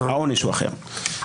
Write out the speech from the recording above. העונש הוא אחר.